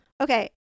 okay